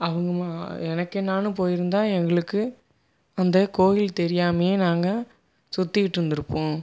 அவங்க எனக்கென்னென்னு போய்ருந்தா எங்களுக்கு அந்த கோவில் தெரியாமலேயே நாங்கள் சுத்திகிட்டு இருந்திருப்போம்